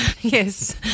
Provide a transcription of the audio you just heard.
Yes